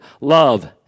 love